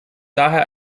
daher